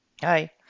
Hi